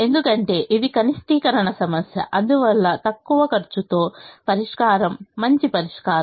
ఎందుకంటేఇది కనిష్టీకరణ సమస్య అందువల్ల తక్కువ ఖర్చుతో పరిష్కారం మంచి పరిష్కారం